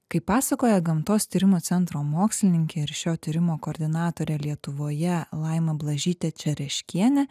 kaip pasakoja gamtos tyrimų centro mokslininkė ir šio tyrimo koordinatorė lietuvoje laima blažytė čereškienė